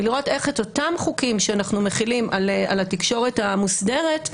ולראות איך את אותם חוקים שאנחנו מחילים על התקשורת המוסדרת,